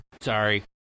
sorry